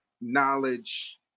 knowledge